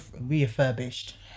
refurbished